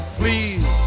please